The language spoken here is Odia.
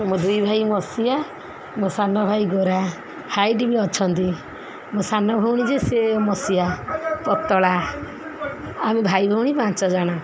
ମୋ ଦୁଇ ଭାଇ ମସିଆ ମୋ ସାନ ଭାଇ ଗୋରା ହାଇଟ୍ ବି ଅଛନ୍ତି ମୋ ସାନ ଭଉଣୀ ଯେ ସେ ମସିଆ ପତଳା ଆମେ ଭାଇ ଭଉଣୀ ପାଞ୍ଚ ଜଣ